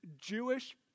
Jewish